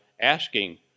asking